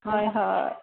হয় হয়